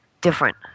different